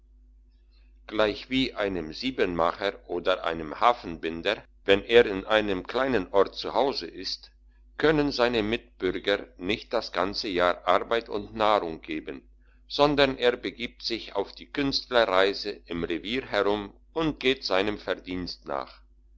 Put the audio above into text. gleichwie einem siebmacher oder einem hafenbinder wenn er in einem kleinen ort zu hause ist können seine mitbürger nicht das ganze jahr arbeit und nahrung geben sondern er begibt sich auf künstlerreisen im revier herum und geht seinem verdienst nach